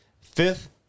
Fifth